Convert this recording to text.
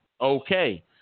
okay